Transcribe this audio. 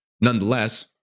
Nonetheless